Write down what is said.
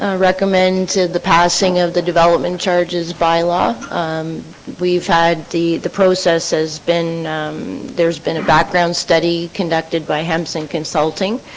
ah recommend to the passing of the development charges by law we've had the the process has been there's been a background study conducted by hampson consulting